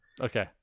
Okay